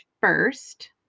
first